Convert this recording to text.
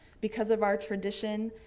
because of our tradition,